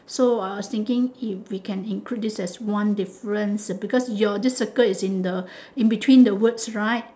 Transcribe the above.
so I was thinking if we can include this as one difference because your this circle is in the in between the words right